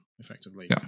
effectively